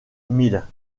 milles